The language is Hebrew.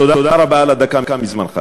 תודה רבה על הדקה מזמנך.